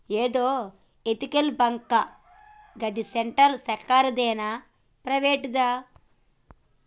ఏందో ఎతికల్ బాంకటా, గిది సెంట్రల్ సర్కారుదేనా, ప్రైవేటుదా